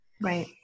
Right